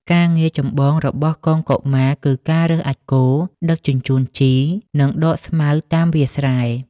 ការងារចម្បងរបស់កងកុមារគឺការរើសអាចម៍គោ ដឹកជញ្ជូនជី និងដកស្មៅតាមវាលស្រែ។